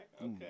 okay